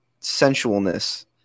sensualness